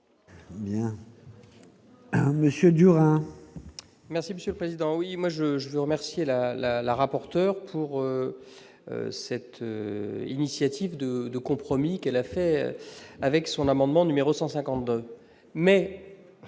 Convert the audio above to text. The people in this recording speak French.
Alors Monsieur Durand. Merci monsieur le président, oui, moi je, je veux remercier la la la rapporteure pour cette initiative de de compromis qu'elle a fait avec son amendement numéro 152 mais